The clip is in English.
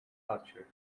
culture